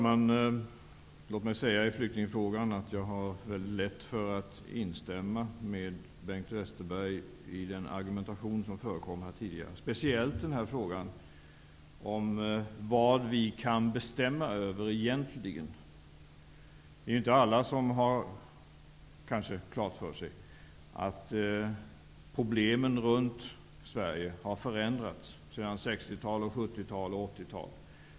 Herr talman! I flyktingfrågan vill jag säga att jag har mycket lätt för att instämma med Bengt Westerberg i den argumentation som förekom tidigare, speciellt i frågan om vad vi kan bestämma över egentligen. Det är kanske inte alla som har klart för sig att problemen runt Sverige har förändrats sedan 60 tal, 70-tal och 80-tal.